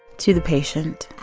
to the patient,